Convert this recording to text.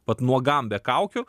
vat nuogam be kaukių